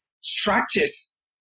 structures